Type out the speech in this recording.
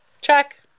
Check